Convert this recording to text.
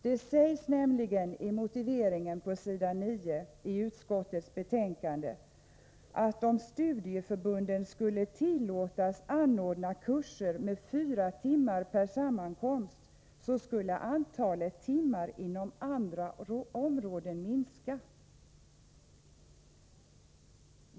Det sägs nämligen i motiveringen på s.:9 i utskottets betänkande att om studieförbunden skulle tillåtas anordna kurser med fyra timmar per sammankomst så skulle antalet timmar inom andra områden minska.